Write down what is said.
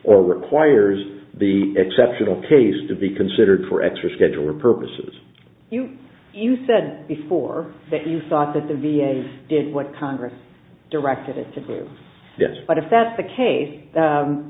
or requires the exceptional case to be considered for extra scheduler purposes you you said before that you thought that the v a did what congress directed it to but if that's the case